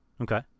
Okay